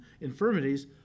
infirmities